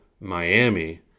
miami